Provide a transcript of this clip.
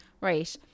Right